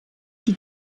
die